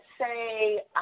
say